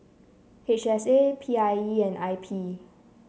H S A P I E and I P